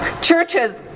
churches